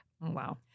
Wow